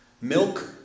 Milk